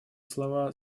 слова